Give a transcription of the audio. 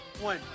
one